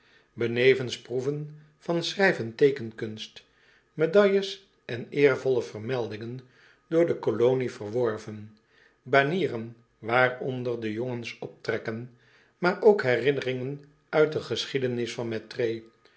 benevens proeven van schrijf en teekenkunst medailles en eervolle vermeldingen door de colonie verworven banieren waaronder de jongens optrekken maar ook herinneringen uit de geschiedenis van mettray